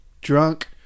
drunk